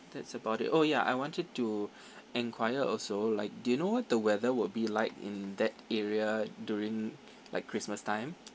that's about it oh ya I wanted to enquire also like do you know what the weather would be like in that area during like christmas time